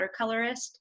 watercolorist